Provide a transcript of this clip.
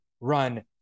run